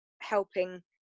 helping